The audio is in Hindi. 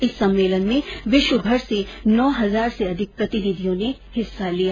इस सम्मेलन में विश्वभर से नौ हजार से अधिक प्रतिनिधियों ने हिस्सा लिया